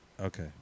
Okay